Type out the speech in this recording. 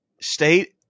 state